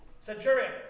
Centurion